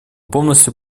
полностью